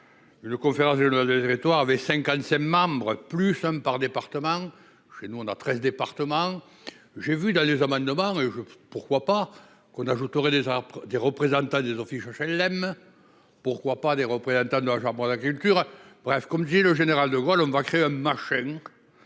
Le conférence du le le territoire avait 50ème membres plus par département. Chez nous on a 13 départements. J'ai vu dans les amendements. Pourquoi pas, qu'on ajoute déjà des représentants des offices HLM. Pourquoi pas des représentants de l'argent pour la culture, bref comme disait le général de Gaulle, on va créer un marché